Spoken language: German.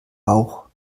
rauch